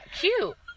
cute